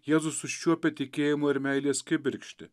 jėzus užčiuopė tikėjimo ir meilės kibirkštį